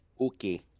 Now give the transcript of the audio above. Okay